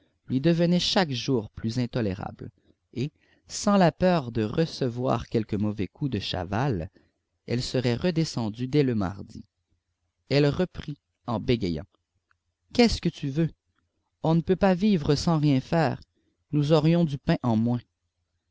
lui devenait chaque jour plus intolérable et sans la peur de recevoir quelque mauvais coup de chaval elle serait redescendue dès le mardi elle reprit en bégayant qu'est-ce que tu veux on ne peut pas vivre sans rien faire nous aurions du pain au moins